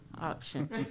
option